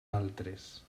altres